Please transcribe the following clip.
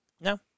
No